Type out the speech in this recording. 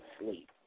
sleep